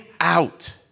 out